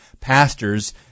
pastors